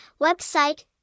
website